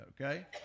okay